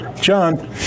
John